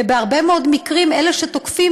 ובהרבה מאוד מקרים אלה שתוקפים,